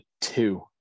two